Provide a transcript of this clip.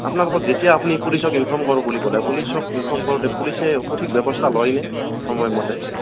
আপোনালোকক যেতিয়া আপুনি পুলিচক ইনফৰ্ম কৰোঁ বুলি ক'লে পুলিচক ইনফৰ্ম কৰোঁতে পুলিচে সঠিক ব্যৱস্থা লয়নে সময়মতে